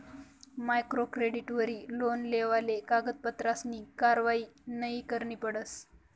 micro क्रेडिटवरी loan लेवाले कागदपत्रसनी कारवायी नयी करणी पडस